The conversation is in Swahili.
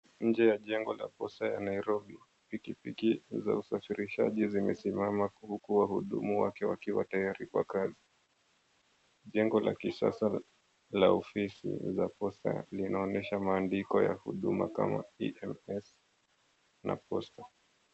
Nje ya jengo ya posta ya Nairobi pikipiki za usafirishaji imesimama huku wahudhumu wakiwa tayari kwa kazi. Jengo la kisasa la ofisi la posta linaonyesha mandiko ya huduma kama POS na posta.